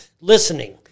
listening